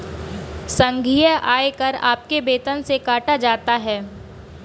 संघीय आयकर आपके वेतन से काटा जाता हैं